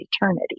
eternity